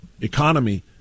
economy